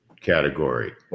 category